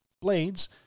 blades